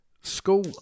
school